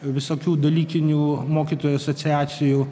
visokių dalykinių mokytojų asociacijų